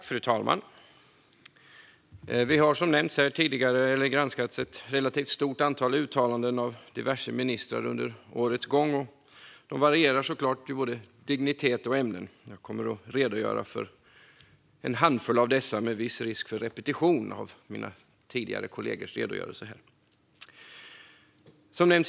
Fru talman! Vi har som tidigare nämnts granskat ett relativt stort antal uttalanden av diverse ministrar under årets gång. De varierar såklart både i dignitet och ämne. Jag kommer att redogöra för en handfull av dessa, med viss risk för upprepning av mina kollegors redogörelser här.